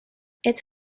its